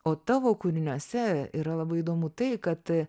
o tavo kūriniuose yra labai įdomu tai kad